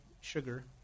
sugar